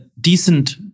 decent